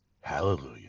Hallelujah